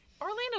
Orlando